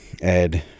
Ed